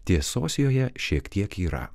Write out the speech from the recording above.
tiesos joje šiek tiek yra